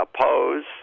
oppose